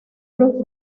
los